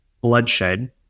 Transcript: bloodshed